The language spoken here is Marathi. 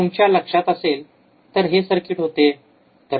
तुमच्या लक्षात असेल तर हे सर्किट होते